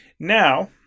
Now